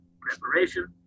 preparation